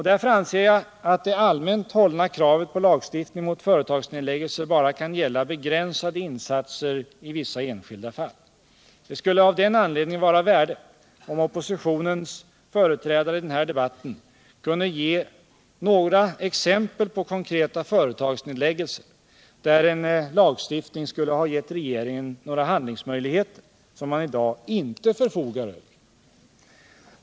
Därför anser jag att det allmänt hållna kravet på lagstiftning mot företagsnedläggelser bara kan gälla begränsade insatser i vissa enskilda fall. Det skulle av den anledningen vara av värde, om oppositionens företrädare i den här debatten kunde ge några exempel på konkreta företagsnedläggelser, där en lagstiftning skulle ha gett regeringen några handlingsmöjligheter, som man i dag inte förfogar över.